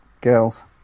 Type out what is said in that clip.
girls